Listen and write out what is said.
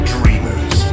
Dreamers